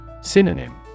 Synonym